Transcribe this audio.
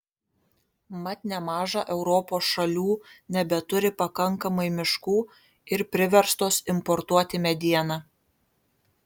mat nemaža europos šalių nebeturi pakankamai miškų ir priverstos importuoti medieną